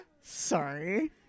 sorry